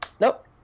nope